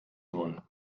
null